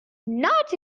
not